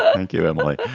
ah thank you, emily.